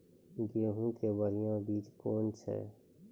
गेहूँ के बढ़िया बीज कौन छ?